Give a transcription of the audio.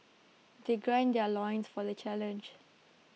they gird their loins for the challenge